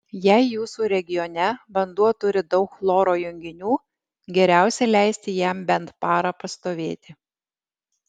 jei jūsų regione vanduo turi daug chloro junginių geriausia leisti jam bent parą pastovėti